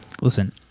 Listen